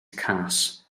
cas